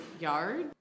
yard